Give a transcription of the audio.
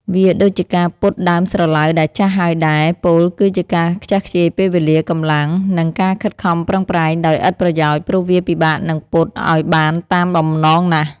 វាដូចជាការពត់ដើមស្រឡៅដែលចាស់ហើយដែរ ពោលគឺជាការខ្ជះខ្ជាយពេលវេលា កម្លាំង និងការខិតខំប្រឹងប្រែងដោយឥតប្រយោជន៍ ព្រោះវាពិបាកនឹងពត់ឱ្យបានតាមបំណងណាស់។